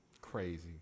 Crazy